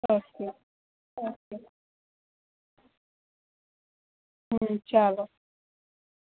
okay okay હમ ચાલો